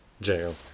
jail